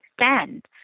stand